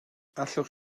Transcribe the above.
allwch